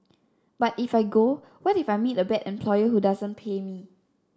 but if I go what if I meet a bad employer who doesn't pay me